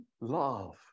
love